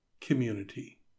community